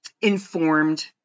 informed